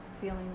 Feeling